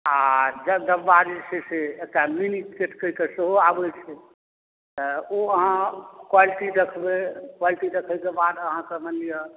आ जगदम्बा जे छै एकटा मिनी गेट कहिकऽ सेहो आबै छै तऽ ओ अहाँ देखबै क्वालिटी देखयकेँ बाद अहाँके मानि लिअ